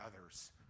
others